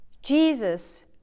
Jesus